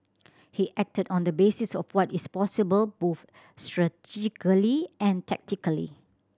he acted on the basis of what is possible both and tactically